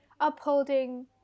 upholding